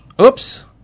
Oops